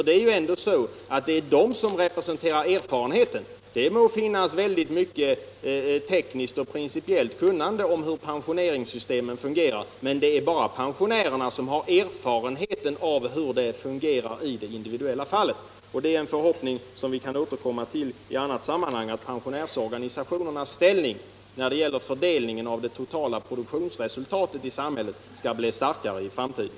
Det är ändå pensionärsorganisationerna som representerar erfarenheten. Det må inom de fackliga organisationerna finnas mycket tekniskt och principiellt kunnande om hur pensionssystemet fungerar, men det är bara pensionärerna som har erfarenhet av hur systemet fungerar i det individuella fallet. Det är en förhoppning som vi kan återkomma till i annat sammanhang att pensionärsorganisationernas ställning när det gäller fördelningen av det totala produktionsresultatet i samhället skall bli starkare i framtiden.